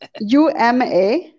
Uma